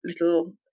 little